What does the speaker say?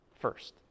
first